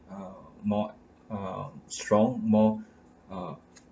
uh more uh strong more uh